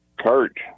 Kurt